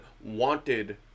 wanted